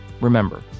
Remember